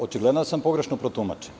Očigledno je da sam pogrešno protumačen.